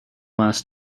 last